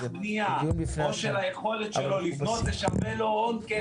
בנייה או של היכולת שלו לבנות זה שווה לו הון כסף.